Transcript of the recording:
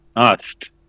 Asked